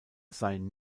seien